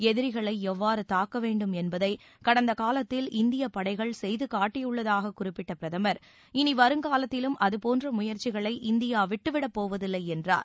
எதிரிகளை எவ்வாறு தாக்க வேண்டும் என்பதை கடந்த காலத்தில் இந்தியப்படைகள் செய்து காட்டியுள்ளதாக குறிப்பிட்ட பிரதமர் இனி வருங்காலத்திலும் அதுபோன்ற முயற்சிகளை இந்தியா விட்டுவிடப் போவதில்லை என்றார்